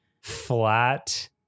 flat